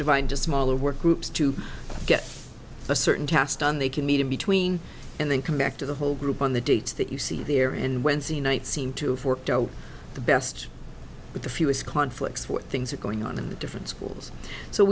divide just smaller work groups to get a certain task done they can meet in between and then come back to the whole group on the dates that you see there and wednesday night seem to have worked out the best with the fewest conflicts where things are going on in the different schools so